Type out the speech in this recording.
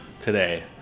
today